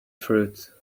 fruit